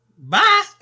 Bye